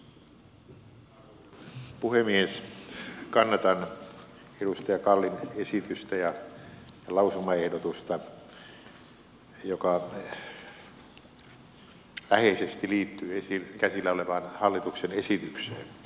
kannatan edustaja kallin esitystä ja lausumaehdotusta joka läheisesti liittyy käsillä olevaan hallituksen esitykseen